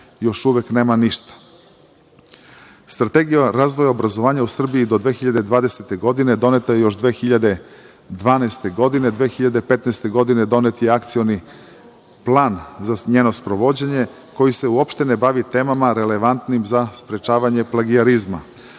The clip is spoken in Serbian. još uvek nema ništa. Strategija razvoja obrazovanja u Srbiji do 2020. godine doneta je još 2012. godine, 2015. godine donet je Akcioni plan za njeno sprovođenje, koji se uopšte ne bavi temama relevantnim za sprečavanje plagijerizma.